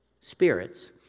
spirits